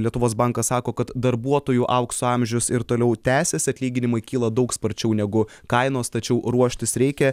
lietuvos bankas sako kad darbuotojų aukso amžius ir toliau tęsis atlyginimai kyla daug sparčiau negu kainos tačiau ruoštis reikia